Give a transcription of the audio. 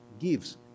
gives